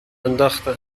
انداختن